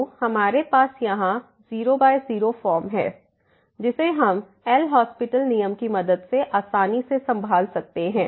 तो हमारे पास यहाँ 00 फॉर्म है जिसे हम एल हास्पिटल LHospital नियम की मदद से आसानी से संभाल सकते हैं